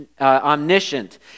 omniscient